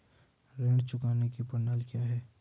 ऋण चुकाने की प्रणाली क्या है?